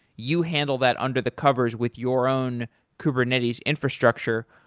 you handle that under the covers with your own kubernetes infrastructure.